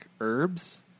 herbs